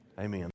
Amen